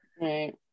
Right